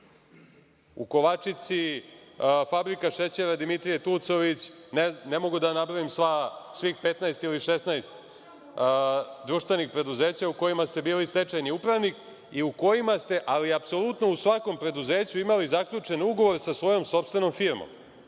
u Kovačici, Fabrika šećera „Dimitrije Tucović“, ne mogu da nabrojim svih 15 ili 16 društvenih preduzeća u kojima ste bili stečajni upravnik i u kojima ste, ali apsolutno, u svakom preduzeću imali zaključen ugovor sa svojom sopstvenom firmom.